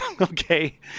Okay